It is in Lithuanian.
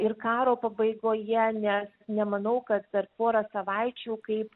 ir karo pabaigoje nes nemanau kad per porą savaičių kaip